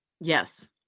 Yes